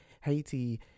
Haiti